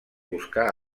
buscar